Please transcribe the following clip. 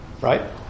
Right